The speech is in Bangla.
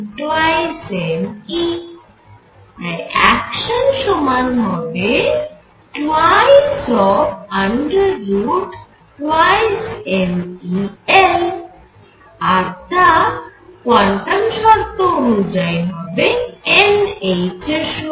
তাই অ্যাকশান সমান হবে 22mE L আর তা কোয়ান্টাম শর্ত অনুযায়ী হবে n h এর সমান